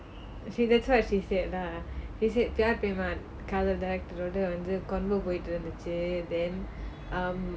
actually that's what she said lah she said Pyaar Prema Kaadhal prema kaadhal director coversation போயிட்டு இருந்துச்சி:poyittu irunthuchi then um